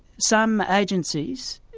some agencies